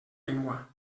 llengua